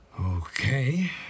Okay